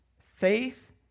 faith